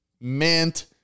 mint